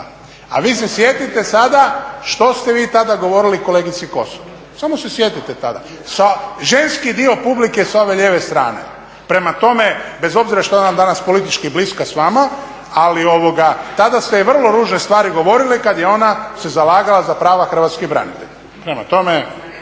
A vi se sjetite sada što ste vi tada govorili kolegici Kosor, samo se sjetite tada? Ženski dio publike sa ove lijeve strane. Prema tome, bez obzira što je ona danas politički bliska s vama, ali tada ste joj vrlo ružne stvari govorili kad je ona se zalagala za prava Hrvatskih branitelja.